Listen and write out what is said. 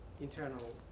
internal